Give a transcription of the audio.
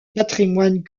patrimoine